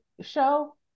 show